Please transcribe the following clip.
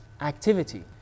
activity